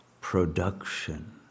production